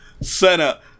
Senna